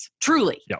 Truly